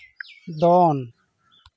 ᱫᱚᱱ